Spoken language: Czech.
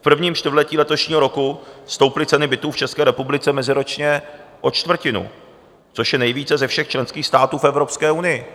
V prvním čtvrtletí letošního roku stouply ceny bytů v České republice meziročně o čtvrtinu, což je nejvíce ze všech členských států v Evropské unii.